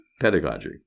Pedagogy